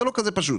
זה לא כזה פשוט.